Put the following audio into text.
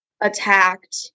attacked